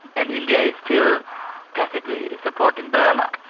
and india is still tacitly supporting burma.